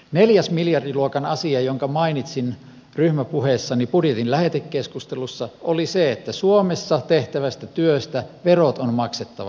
neljäs miljardiluokan asia jonka mainitsin ryhmäpuheessani budjetin lähetekeskustelussa oli se että suomessa tehtävästä työstä verot on maksettava suomeen